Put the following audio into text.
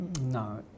No